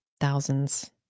thousands